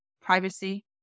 privacy